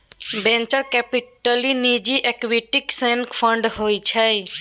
venture capital निजी equity सनक fund होइ छै